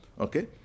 Okay